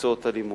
מקצועות הלימוד.